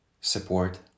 support